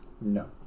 No